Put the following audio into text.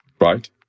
Right